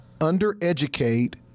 Under-educate